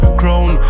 crown